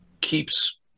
keeps